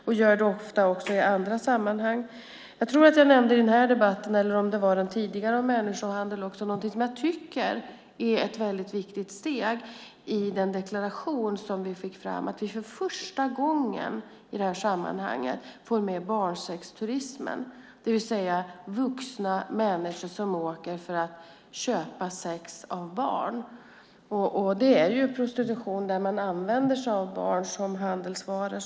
Jag gör det ofta också i andra sammanhang. Jag tror att jag i den här debatten, eller om det var i den tidigare om människohandel, nämnde någonting som jag tycker är ett väldigt viktigt steg i den deklaration som vi fick fram, nämligen att vi för första gången i det här sammanhanget får med barnsexturismen. Det handlar alltså om vuxna människor som reser för att köpa sex av barn. Det är prostitution där man använder sig av barn som handelsvaror.